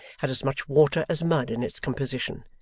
had as much water as mud in its composition,